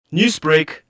Newsbreak